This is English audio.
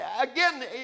again